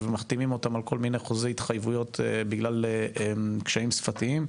ומחתימים אותם על חוזי התחייבויות בגלל קשיים שפתיים.